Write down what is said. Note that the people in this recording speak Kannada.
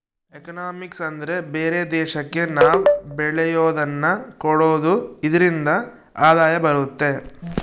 ಎಕನಾಮಿಕ್ಸ್ ಅಂದ್ರೆ ಬೇರೆ ದೇಶಕ್ಕೆ ನಾವ್ ಬೆಳೆಯೋದನ್ನ ಕೊಡೋದು ಇದ್ರಿಂದ ಆದಾಯ ಬರುತ್ತೆ